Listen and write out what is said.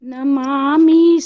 Namami